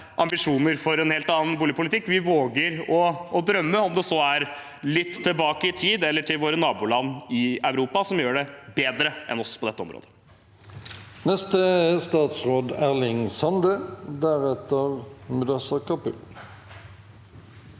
for en helt annen boligpolitikk. Vi våger å drømme, om det så er litt tilbake i tid eller til våre naboland i Europa som gjør det bedre enn oss på dette området. Statsråd Erling Sande (Sp)